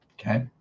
Okay